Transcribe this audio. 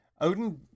Odin